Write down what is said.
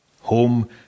Home